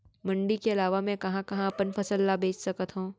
मण्डी के अलावा मैं कहाँ कहाँ अपन फसल ला बेच सकत हँव?